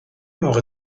موقع